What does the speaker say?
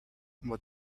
what